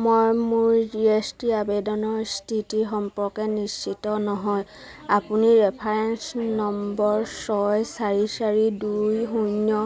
মই মোৰ G S T আবেদনৰ স্থিতি সম্পৰ্ক নিশ্চিত নহয় আপুনি ৰেফাৰেন্স নম্বৰ ছয় চাৰি চাৰি দুই শূন্য